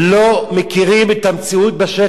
לא מכירים את המציאות בשטח.